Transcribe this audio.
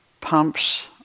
pumps